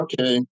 okay